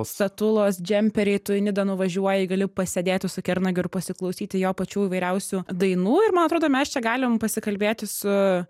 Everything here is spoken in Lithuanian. statulos džemperiai tu į nidą nuvažiuoji gali pasėdėti su kernagiu ir pasiklausyti jo pačių įvairiausių dainų ir man atrodo mes čia galim pasikalbėti su